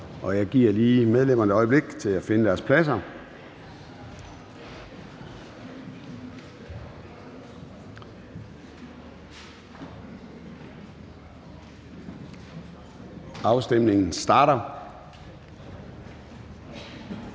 Jeg giver lige medlemmerne et øjeblik til at finde deres pladser. Og der kan stemmes.